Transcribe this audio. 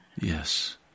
Yes